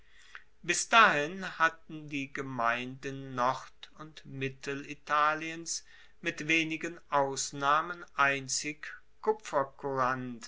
bis dahin hatten die gemeinden nord und mittelitaliens mit wenigen ausnahmen einzig kupfercourant